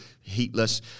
heatless